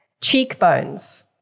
cheekbones